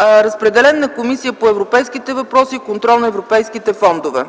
Разпределен е на Комисията по европейските въпроси и контрол на европейските фондове.